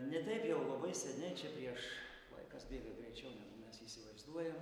ne taip jau labai seniai čia prieš laikas bėga greičiau negu mes įsivaizduojam